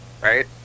right